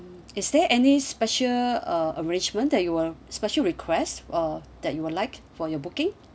is there any special uh arrangement that you will special request uh that you will like for your booking